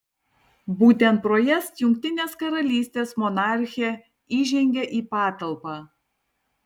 būtent pro jas jungtinės karalystės monarchė įžengia į patalpą